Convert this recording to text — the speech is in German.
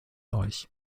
euch